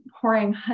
pouring